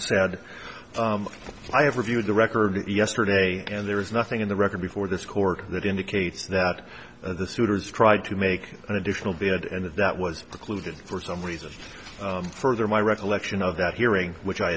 sad i have reviewed the record yesterday and there is nothing in the record before this court that indicates that the suitors tried to make an additional bid and that that was occluded for some reason further my recollection of that hearing which i